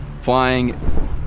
Flying